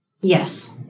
Yes